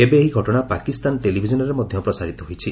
ଏବେ ଏହି ଘଟଣା ପାକିସ୍ତାନ ଟେଲିଭିଜନରେ ମଧ ପ୍ରସାରିତ ହୋଇଛି